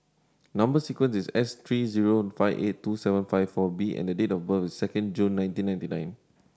number sequence is S three zero five eight two seven four B and date of birth is second June nineteen ninety